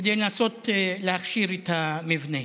כדי לנסות להכשיר את המבנה.